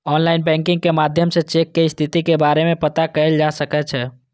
online banking के माध्यम सं चेक के स्थिति के बारे मे पता कैल जा सकै छै